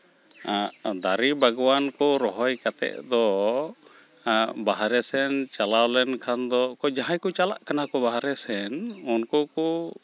ᱫᱟᱨᱮ ᱵᱟᱜᱽᱣᱟᱱ ᱨᱚᱦᱚᱭ ᱠᱟᱛᱮᱫ ᱫᱚ ᱵᱟᱦᱨᱮ ᱥᱮᱱ ᱪᱟᱞᱟᱣ ᱞᱮᱱᱠᱷᱟᱱ ᱫᱚ ᱚᱠᱚᱭ ᱡᱟᱦᱟᱸᱭ ᱠᱚ ᱪᱟᱞᱟᱜ ᱠᱟᱱᱟ ᱠᱚ ᱵᱟᱦᱨᱮ ᱥᱮᱱ ᱩᱱᱠᱩ ᱠᱚ